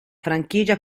franchigia